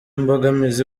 mbogamizi